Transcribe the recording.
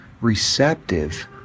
receptive